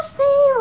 see